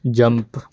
jump